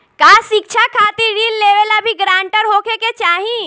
का शिक्षा खातिर ऋण लेवेला भी ग्रानटर होखे के चाही?